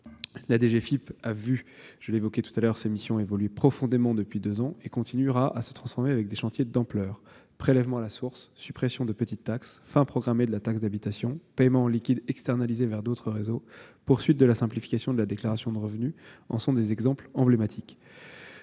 la DGFiP a vu ses missions profondément évoluer depuis deux ans et continuera à se transformer avec des chantiers d'ampleur : le prélèvement à la source, la suppression de petites taxes, la fin programmée de la taxe d'habitation, le paiement en liquide externalisé vers d'autres réseaux, la poursuite de la simplification de la déclaration de revenus en sont des exemples emblématiques.